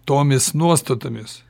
tomis nuostatomis